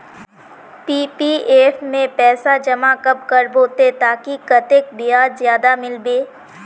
PPF में पैसा जमा कब करबो ते ताकि कतेक ब्याज ज्यादा मिलबे?